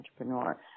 entrepreneur